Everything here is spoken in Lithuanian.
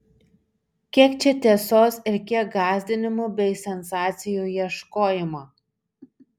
kiek čia tiesos ir kiek gąsdinimų bei sensacijų ieškojimo